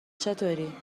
چطوری